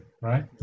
right